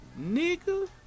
nigga